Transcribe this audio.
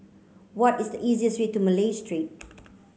what is the easiest way to Malay Street